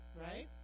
Right